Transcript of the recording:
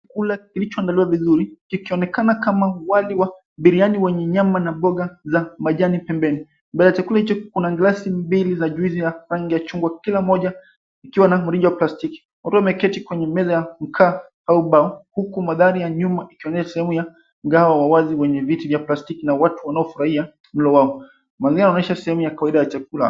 Chakula kilichoandaliwa vizuri kikionekana kama wali wa biriyani wenye nyama na mboga la majani pembeni, mbele ya chakula hicho kuna glasi mbili za juicy ya rangi ya chungwa kila mmoja ikiwa na mrija wa plastiki. Watu wameketi kwenye meza ya mkaa au ubao huku mandhari ya nyuma yakionyesha sehemu ya mgao wa wazi wenye viti za plastiki na watu wanaofurahia mlo yao. Mandhari yanaonyesha sehemu ya kawaida wa chakula.